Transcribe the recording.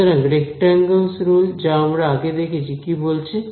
সুতরাং rectangle rule যা আমরা আগে দেখেছি কি বলছে